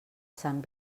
sant